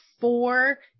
four